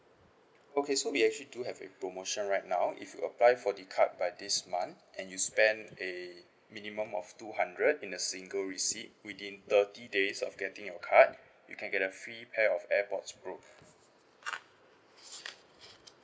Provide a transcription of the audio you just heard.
okay so we actually do have a promotion right now if you apply for the card by this month and you spend a minimum of two hundred in a single receipt within thirty days of getting your card you can get a free pair of airpods pro